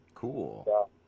Cool